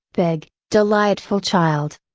big, delightful child.